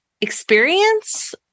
experience